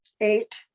eight